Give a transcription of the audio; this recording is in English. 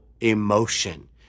emotion